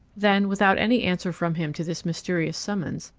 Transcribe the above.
then, without any answer from him to this mysterious summons,